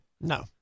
No